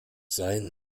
sein